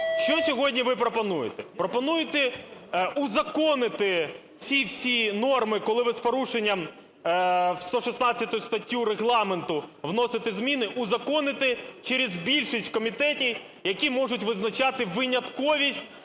Що сьогодні ви пропонуєте? Пропонуєте узаконити ці всі норми, коли ви з порушенням в 116 статтю Регламенту вносите зміни, узаконити через більшість в комітеті, які можуть визначати винятковість